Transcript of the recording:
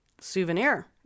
souvenir